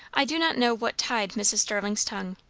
i do not know what tied mrs. starling's tongue.